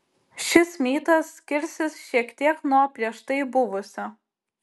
šis mytas skirsis šiek tiek nuo prieš tai buvusio